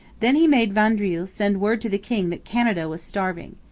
then he made vaudreuil send word to the king that canada was starving.